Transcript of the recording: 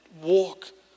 walk